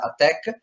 attack